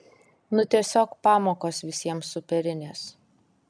nu tiesiog pamokos visiems superinės